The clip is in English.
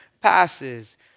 passes